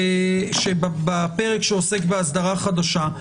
בפרק שעוסק באסדרה חדשה,